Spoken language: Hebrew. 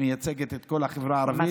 היא מייצגת את כל החברה הערבית.